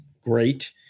great